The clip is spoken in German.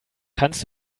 kannst